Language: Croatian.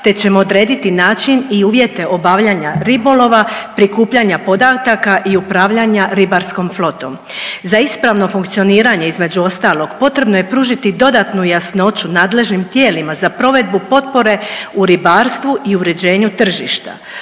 te ćemo odrediti način i uvjete obavljanja ribolova, prikupljanja podataka i upravljanja ribarskom flotom. Za ispravno funkcioniranje između ostalog potrebno je pružiti dodatnu jasnoću nadležnim tijelima za provedbu potpore u ribarstvu i uređenju tržišta.